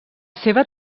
seva